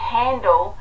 handle